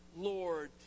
Lord